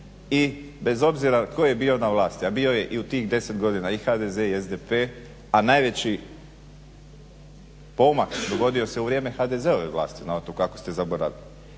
i bez obzira tko je bio na vlasti a bio je i u tih 10 godina i HDZ i SDP, a najveći pomak dogodio se u vrijeme HDZ-ove vlasti na otoku ako ste zaboravili.